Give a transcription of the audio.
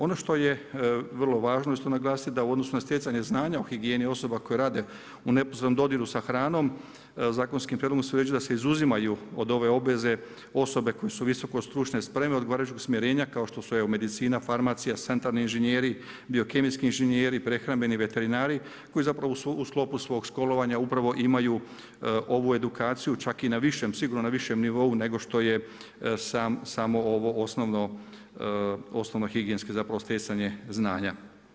Ono što je vrlo važno isto naglasiti da u odnosu na stjecanje znanja o higijeni osoba koje rade u neposrednom dodiru sa hranom, zakonskim prijedlogom se može reći da se izuzimaju od ove obveze osobe koje su visoke stručne spreme odgovarajućeg usmjerenja kao što su evo medicina, farmacija, sanitarni inženjeri, biokemijski inženjeri, prehrambeni veterinari koji zapravo u sklopu svog školovanja upravo imaju ovu edukaciju čak i na višem, sigurno na višem nivou nego što je samo ovo osnovno higijensko, zapravo stjecanje znanja.